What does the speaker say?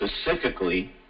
specifically